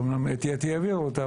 אומנם אתי עטייה העבירה אותו,